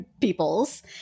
peoples